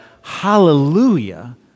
Hallelujah